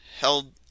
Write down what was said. held